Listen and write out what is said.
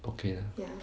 okay lah